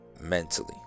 mentally